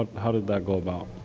ah how did that go about?